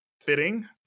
fitting